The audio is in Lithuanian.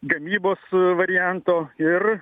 gamybos varianto ir